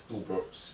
two brooks